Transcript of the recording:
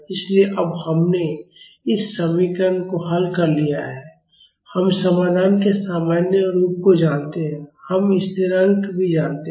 इसलिए अब हमने इस समीकरण को हल कर लिया है हम समाधान के सामान्य रूप को जानते हैं और हम स्थिरांक भी जानते हैं